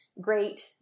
great